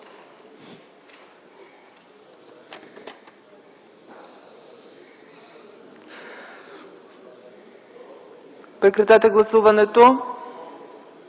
Прекратете гласуването!